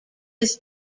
his